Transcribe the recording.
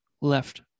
left